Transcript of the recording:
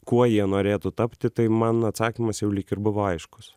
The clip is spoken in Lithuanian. kuo jie norėtų tapti tai man atsakymas jau lyg ir buvo aiškus